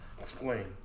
Explain